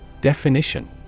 Definition